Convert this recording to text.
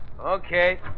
Okay